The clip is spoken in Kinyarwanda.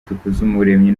dukuzumuremyi